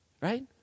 Right